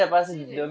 serious